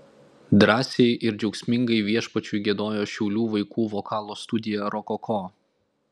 drąsiai ir džiaugsmingai viešpačiui giedojo šiaulių vaikų vokalo studija rokoko